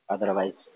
Otherwise